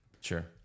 Sure